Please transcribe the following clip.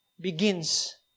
begins